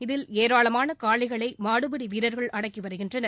இதில் ஏராளமான காளைகளை மாடுபிடி வீரர்கள் அடக்கி வருகின்றனர்